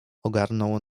ogarnął